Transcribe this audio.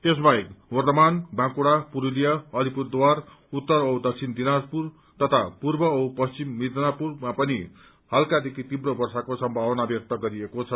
यसबाहेक वर्द्धमान बाँकुझ पुरुलिया अलिपुरद्वार उत्तर औ दक्षिण दिनाजपुर तथा पूर्व औ पश्चिम मिदनापुरमा पनि हल्कादेखि तीव्र वर्षाको सम्भावना व्यक्त गरिएको छ